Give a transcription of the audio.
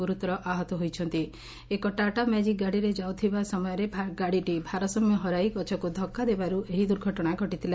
ସୂଚନାଯୋଗ୍ୟ ଯେ ଏକ ଟାଟା ମ୍ୟାକିକ୍ ଗାଡ଼ିରେ ଯାଉଥିବା ସମୟରେ ଗାଡ଼ିଟି ଭାରସାମ୍ୟ ହରାଇ ଗଛକୁ ଧକ୍କା ଦେବାରୁ ଏହି ଦୁର୍ଘଟଶା ଘଟିଥିଲା